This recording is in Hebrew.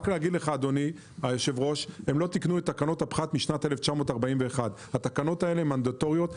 לא תיקנו את תקנות הפחת מאז שנת 1941; התקנות האלה הן מנדטוריות.